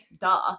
Duh